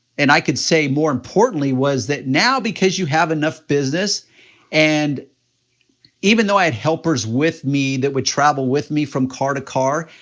and i could say, more importantly, was that now because you have enough business and even though i had helpers with me that would travel with me from car to car,